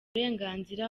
uburenganzira